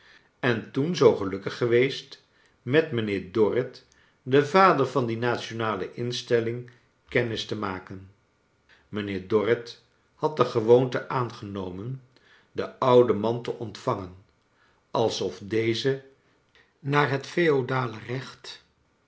en toen zoo gelukkig geweest met mijnheer dorrit den vader van die nationale instelling kennis te maken mijnheer dorrit had de gewoonte aangenomen den ouden man te ontvangen alsof deze naar het feudale recht